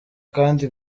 kandi